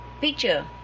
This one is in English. picture